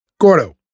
Gordo